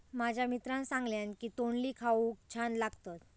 माझ्या मित्रान सांगल्यान की तोंडली खाऊक छान लागतत